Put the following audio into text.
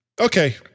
Okay